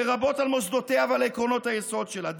לרבות על מוסדותיה ועל עקרונות היסוד שלה,